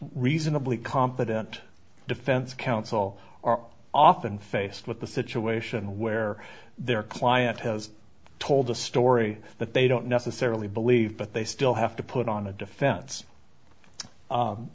reasonably competent defense counsel are often faced with the situation where their client has told a story that they don't necessarily believe but they still have to put on a defense